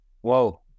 Whoa